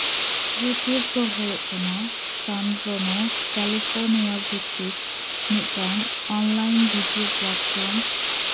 YouTube ᱫᱚ ᱦᱩᱭᱩᱜ ᱠᱟᱱᱟ ᱥᱟᱱᱯᱞᱳᱱᱚ ᱠᱮᱞᱤᱯᱷᱳᱨᱱᱤᱭᱟ ᱵᱤᱛᱛᱤᱠ ᱢᱤᱫᱴᱟᱱ ᱚᱱᱞᱟᱭᱤᱱ ᱵᱷᱤᱰᱤᱭᱳ ᱯᱞᱟᱴᱯᱷᱨᱚᱢ